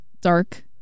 dark